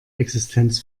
existenz